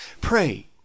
pray